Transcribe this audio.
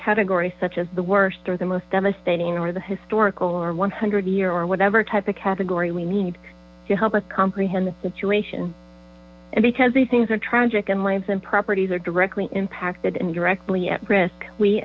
categories such as the worst or the most devastating or the historical or one hundred year or whatever type of category we need to help us comprehend the situation and because these things are tragic and lives and properties directly impacted indirectly at risk we